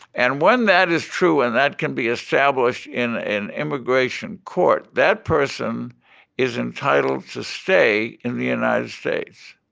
and when that is true and that can be established in in immigration court, that person is entitled to stay in the united states.